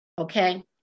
Okay